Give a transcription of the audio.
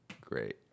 Great